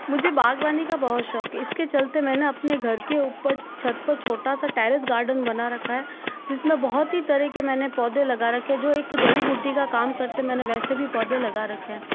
मुझे बागवानी का बहुत शौक इसके चलते मैंने अपने घर के ऊपर छत पर छोटा सा टेरेस गार्डन बना रखा है जिसमें बहुत ही तरह के मैंने पौधे लगा रखे जो एक जड़ी बूटी का काम करते मैंने वैसे भी पौधे लगा रखे हैं